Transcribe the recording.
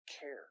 care